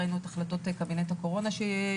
ראינו את החלטות קבינט הקורונה.